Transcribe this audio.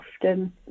often